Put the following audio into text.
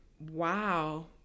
wow